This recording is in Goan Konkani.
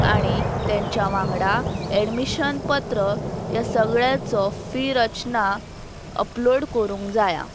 आनी तेंच्या वांगडा ऍडमिशन पत्र ह्या सगळ्याचो फी रचना अपलोड करूंक जाया